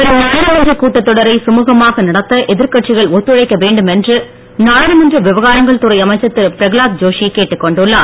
வரும் நாடாளுமன்றக் கூட்டத் தொடரை சுமுகமாக நடத்த எதிர்கட்சிகள் ஒத்துழைக்க வேண்டுமென்று நாடாளுமன்ற விவகாரங்கள் துறை அமைச்சர் திரு பிரகலாத் ஜோஷி கேட்டுக் கொண்டுள்ளார்